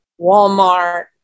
Walmart